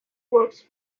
works